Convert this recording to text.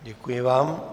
Děkuji vám.